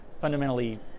fundamentally